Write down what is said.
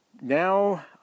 Now